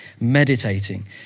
meditating